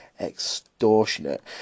extortionate